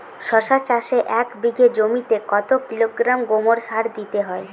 শশা চাষে এক বিঘে জমিতে কত কিলোগ্রাম গোমোর সার দিতে হয়?